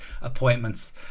appointments